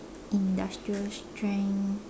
industrial strength